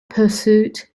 pursuit